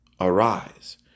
Arise